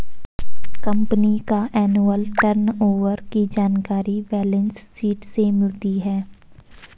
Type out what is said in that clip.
company का annual turnover की जानकारी बैलेंस शीट से मिलती है